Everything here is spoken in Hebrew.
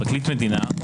פרקליט מדינה,